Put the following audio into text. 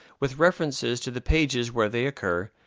with references to the pages where they occur,